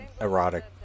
erotic